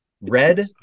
Red